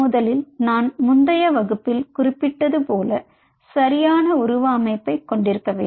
முதலில் நான் முந்தைய வகுப்பில் குறிப்பிட்டது போல சரியான உருவ அமைப்பைக் கொண்டிருக்க வேண்டும்